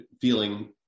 feeling